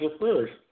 first